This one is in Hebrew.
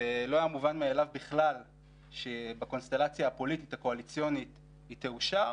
שלא היה מובן מאליו בכלל שבקונסטלציה הפוליטית- הקואליציונית היא תאושר